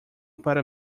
para